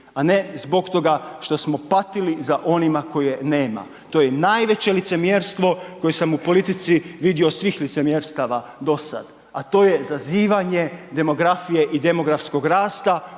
A ne zbog toga što smo patili za onima koje nema. To je najveće licemjerstvo koje sam u politici vidio od svih licemjerstava dosad, a to je zazivanje demografije i demografskog rasta